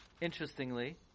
interestingly